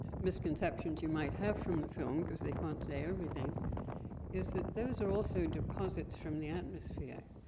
misconceptions you might have from the film because they can't say everything is that those are also deposits from the atmosphere.